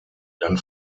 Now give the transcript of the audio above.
dann